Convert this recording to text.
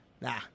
Nah